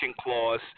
clause